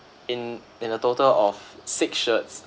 in in a total of six shirts